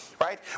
right